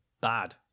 bad